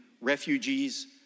refugees